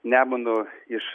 nemunu iš